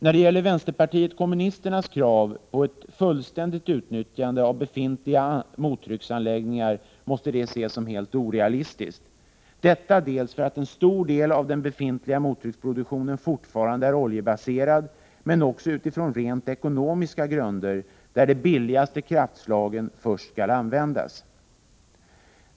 När det gäller vänsterpartiet kommunisternas krav på ett fullständigt utnyttjande av befintliga mottrycksanläggningar vill jag framhålla att det måste ses som helt orealistiskt dels därför att en stor del av den befintliga mottrycksproduktionen fortfarande är oljebaserad, dels av rent ekonomiska skäl eftersom de billigaste kraftslagen först skall användas.